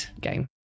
game